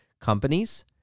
companies